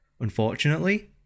Unfortunately